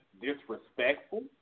disrespectful